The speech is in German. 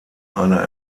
einer